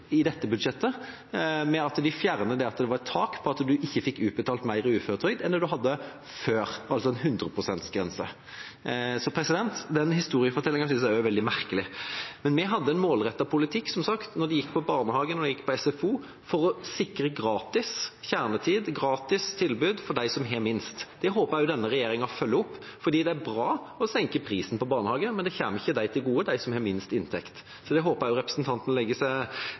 i dette budsjettet, ved at de fjernet taket på hvor mye en fikk utbetalt, at en ikke fikk utbetalt mer i uføretrygd enn det en hadde før, altså en 100 pst.-grense. Så den historiefortellingen synes jeg er veldig merkelig. Vi hadde som sagt en målrettet politikk når det gjaldt barnehage, og når det gjaldt SFO, for å sikre gratis kjernetid, gratis tilbud for dem som har minst. Det håper jeg også denne regjeringa følger opp, for det er bra å senke prisen på barnehage, men det kommer ikke dem til gode som har minst inntekt. Det håper jeg representanten legger seg